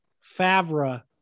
Favre